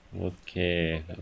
Okay